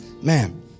Man